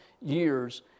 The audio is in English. years